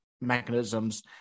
mechanisms